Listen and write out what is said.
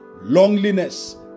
loneliness